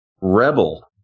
Rebel